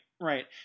right